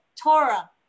Torah